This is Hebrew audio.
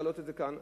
להעלות את זה כאן,